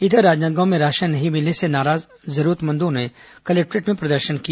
इधर राजनांदगांव में राशन नहीं मिलने से नाराज जरूरतमंदों ने कलेक्टोरेट में प्रदर्शन किया